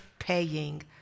paying